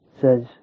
says